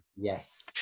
Yes